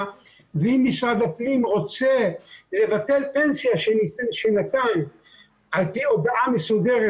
ואם משרד הפנים רוצה לבטל פנסיה שנתן על פי הודעה מסודרת